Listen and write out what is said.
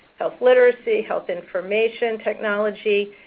health literacy, health information technology.